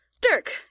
Dirk